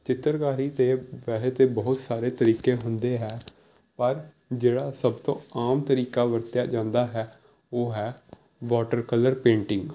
ਚਿੱਤਰਕਾਰੀ ਦੇ ਵੈਸੇ ਤੇ ਬਹੁਤ ਸਾਰੇ ਤਰੀਕੇ ਹੁੰਦੇ ਹੈ ਪਰ ਜਿਹੜਾ ਸਭ ਤੋਂ ਆਮ ਤਰੀਕਾ ਵਰਤਿਆ ਜਾਂਦਾ ਹੈ ਉਹ ਹੈ ਵੋਟਰ ਕਲਰ ਪੇਂਟਿੰਗ